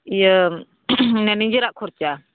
ᱤᱭᱟᱹ ᱢᱟᱱᱮ ᱱᱤᱡᱮᱨᱟᱜ ᱠᱷᱚᱨᱪᱟ